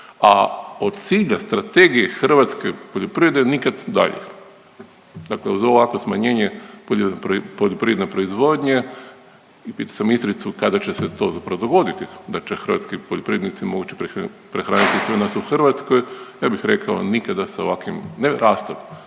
a od cilja Strategije hrvatske poljoprivrede nikad dalje. Dakle, uz ovakvo smanjenje poljoprivredne proizvodnje pitao sam ministricu kada će se to zapravo dogoditi da će hrvatski poljoprivrednici moći prehraniti sve nas u Hrvatskoj ja bih rekao nikada sa ovakvim ne rastom,